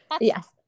yes